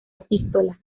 epístola